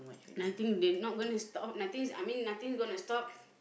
I think they not going to stop nothing I mean nothing gonna stop